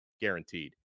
guaranteed